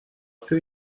peu